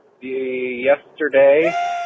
yesterday